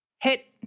Hit